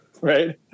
Right